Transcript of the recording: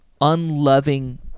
unloving